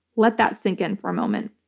let that sink in for a moment.